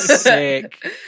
sick